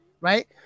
right